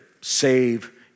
save